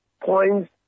points